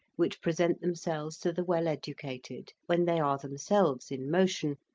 which present themselves to the well-educated when they are themselves in motion,